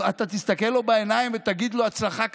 אתה תסתכל לו בעיניים ותגיד לו "הצלחה כבירה"?